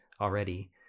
already